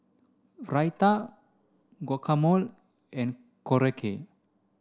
Raita Guacamole and Korokke